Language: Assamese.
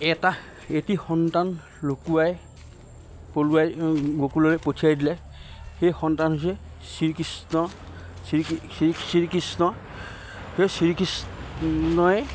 এটা এটি সন্তান লুকুৱাই পলুৱাই গকুললৈ পঠিয়াই দিলে সেই সন্তান হৈছে শ্ৰীকৃষ্ণ শ্ৰী শ্ৰীকৃষ্ণ সেই শ্ৰীকৃষ্ণই